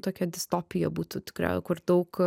tokia distopija būtų tikra kur daug